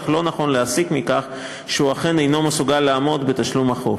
אך לא נכון להסיק מכך שהוא אכן אינו מסוגל לעמוד בתשלום החוב.